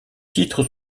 titres